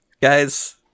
guys